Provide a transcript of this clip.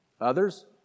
Others